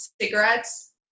cigarettes